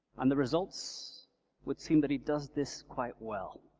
and the results would seem that he does this quite well.